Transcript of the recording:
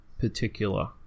particular